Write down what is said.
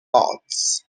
arts